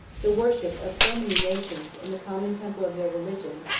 the worship of so many nations in the common temple of their religion,